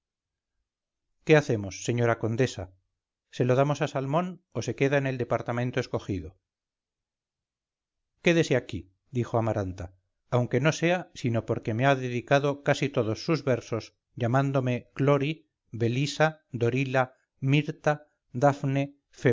qué hacemos señora condesa se lo damos a salmón o se queda en el departamento escogido quédese aquí dijo amaranta aunque no sea sino porque me ha dedicado casi todos sus versos llamándome clori belisa dorila mirta dafne